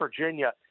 Virginia